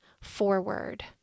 forward